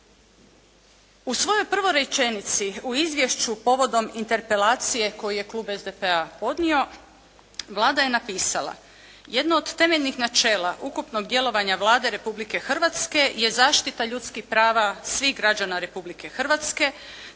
U svojoj prvoj rečenici u izvješću povodom Interpelacije koju je klub SDP-a podnio Vlada je napisala jedno od temeljnih načela ukupnog djelovanja Vlade Republike Hrvatske je zaštita ljudskih prava svih građana Republike Hrvatske